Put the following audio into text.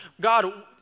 God